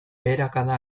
beherakada